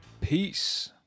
Peace